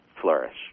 flourish